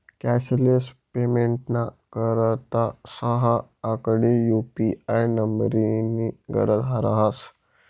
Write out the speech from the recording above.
cashless पेमेंटना करता सहा आकडी यु.पी.आय नम्बरनी गरज रहास